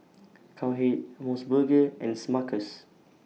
Cowhead Mos Burger and Smuckers